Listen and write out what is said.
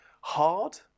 hard